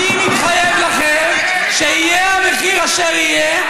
אני מתחייב לכם, ויהיה המחיר אשר יהיה,